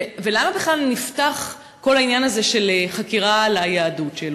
ולמה בכלל נפתח כל העניין הזה של חקירה על היהדות שלו?